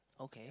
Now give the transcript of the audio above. okay